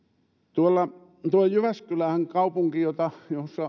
tuo jyväskylähän kaupunki jonka